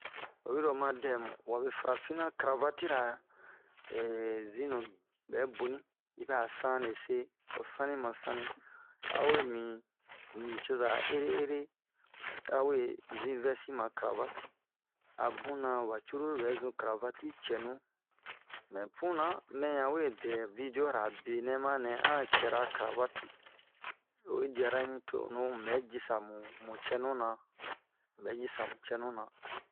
oyiro oma dɛmu wabe farafina cravate ra zinu bɛ boni yibɛ'a sanese o sani ma sani a'o imi nicoza ere ere awe zin veste ma cravate abuna ba cruru bɛzun cravate ti cɛnu mɛ puna mɛyan wedɛ video ra benɛ manɛ an cɛra cravate oyi diarani to uno ubɛ jisamu mu cɛnuna ubɛ jisa mu cɛnuna